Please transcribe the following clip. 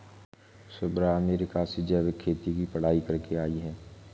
Shubhra America से जैविक खेती की पढ़ाई करके आई है